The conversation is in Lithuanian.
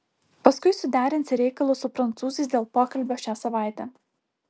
paskui suderinsi reikalus su prancūzais dėl pokalbio šią savaitę